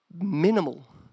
minimal